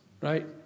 right